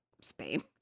Spain